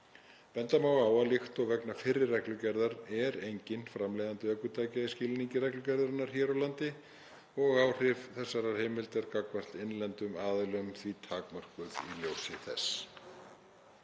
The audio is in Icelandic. Benda má á að líkt og vegna fyrri reglugerðar er enginn framleiðandi ökutækja í skilningi reglugerðarinnar hér á landi og áhrif þessarar heimildar gagnvart innlendum aðilum því takmörkuð í ljósi þess.